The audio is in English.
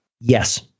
Yes